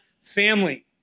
family